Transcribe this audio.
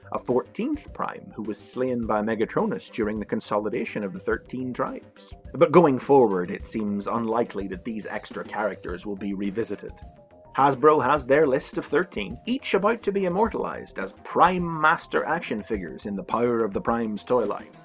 a fourteenth prime who was slain by megatronus during the consolidation of the thirteen tribes. but going forward, it seems unlikely that these extra characters will be revisited hasbro has their list of thirteen, each about to be immortalized as prime master action figures in the power of the primes toyline,